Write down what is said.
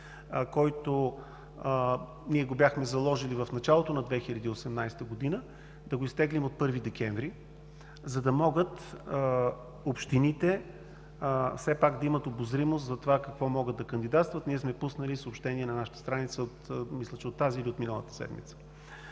който бяхме заложили в началото на 2018 г., да бъде от 1 декември, за да могат общините да имат обозримост за какво могат да кандидатстват. Ние сме пуснали съобщение на нашата страница от тази или миналата седмица.